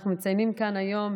אנחנו מציינים כאן היום,